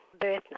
birth